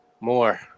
More